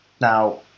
Now